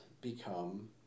become